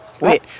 Wait